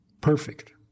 Perfect